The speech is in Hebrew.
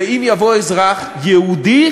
ואם יבוא אזרח יהודי,